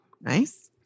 Nice